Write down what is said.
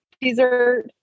dessert